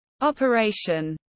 operation